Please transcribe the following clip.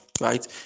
right